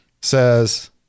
says